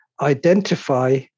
identify